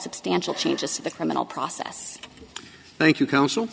substantial changes to the criminal process thank you counsel